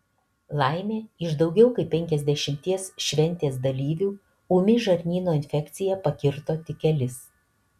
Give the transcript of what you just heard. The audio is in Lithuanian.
laimė iš daugiau kaip penkiasdešimties šventės dalyvių ūmi žarnyno infekcija pakirto tik kelis